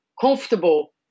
comfortable